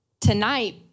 tonight